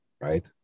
right